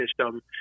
system